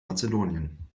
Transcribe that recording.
mazedonien